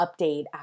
update